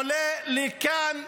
עולה לכאן גזען,